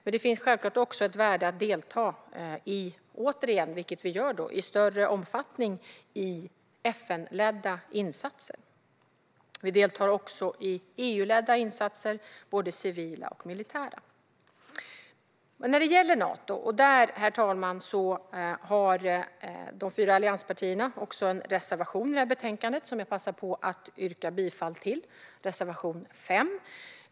Men det finns självklart även ett värde i att i större omfattning delta i FN-ledda insatser, vilket vi alltså gör nu. Vi deltar dessutom i både civila och militära EU-ledda insatser. När det gäller Nato, herr talman, har de fyra allianspartierna en reservation i betänkandet. Jag passar på att yrka bifall till den. Det gäller reservation 5.